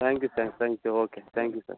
thank you sir thank you okay thank you sir